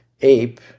ape